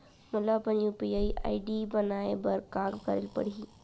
मोला अपन UPI ID बनाए बर का करे पड़ही?